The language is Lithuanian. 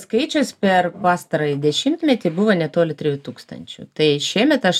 skaičius per pastarąjį dešimtmetį buvo netoli trijų tūkstančių tai šiemet aš